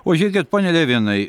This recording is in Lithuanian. o žiūrėkit pone levinai